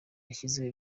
yashyizeho